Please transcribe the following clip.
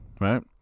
right